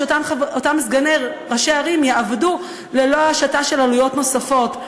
אותם סגני ראשי ערים יעבדו ללא השתה של עלויות נוספות.